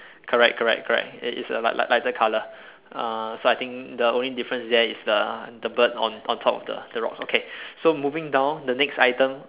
correct correct correct it's it's a light~ light~ lighter colour uh so I think the only difference there is the the bird on on top of the the rock okay so moving down the next item